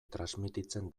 transmititzen